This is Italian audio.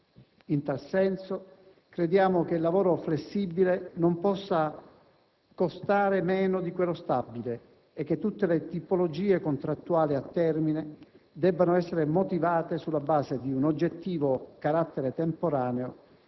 In tal senso, crediamo che il lavoro flessibile non possa costare meno di quello stabile e che tutte le tipologie contrattuali a termine debbano essere motivate sulla base di un oggettivo carattere temporaneo